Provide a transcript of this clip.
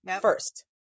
first